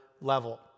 level